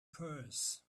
purse